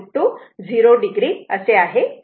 तर ही RMS value आहे